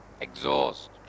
exhaust